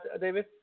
David